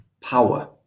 power